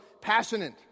passionate